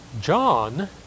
John